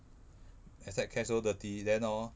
accept cash so dirty then orh